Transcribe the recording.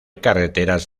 carreteras